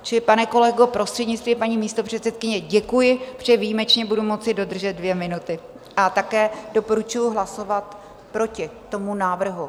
Čili pane kolego, prostřednictvím paní místopředsedkyně, děkuji, protože výjimečně budu moci dodržet dvě minuty, a také doporučuji hlasovat proti tomu návrhu.